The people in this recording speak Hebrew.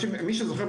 מי שזוכר,